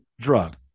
drug